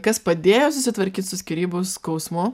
kas padėjo susitvarkyt su skyrybų skausmu